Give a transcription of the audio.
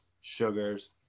sugars